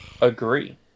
agree